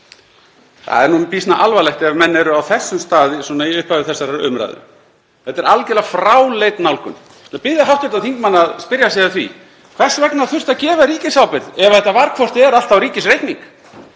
það er býsna alvarlegt ef menn eru á þessum stað í upphafi þessarar umræðu. Þetta er algerlega fráleit nálgun. Ég ætla að biðja hv. þingmann að spyrja sig að því hvers vegna þurfti að gefa ríkisábyrgð ef þetta var hvort eð er allt á ríkisreikning.